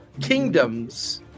kingdoms